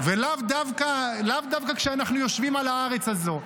ולאו דווקא כשאנחנו יושבים על הארץ הזו.